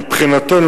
מבחינתנו,